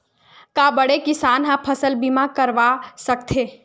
का बड़े किसान ह फसल बीमा करवा सकथे?